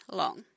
long